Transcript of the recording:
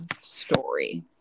story